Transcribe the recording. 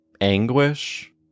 anguish